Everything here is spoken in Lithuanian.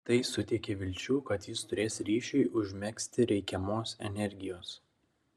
tai suteikė vilčių kad jis turės ryšiui užmegzti reikiamos energijos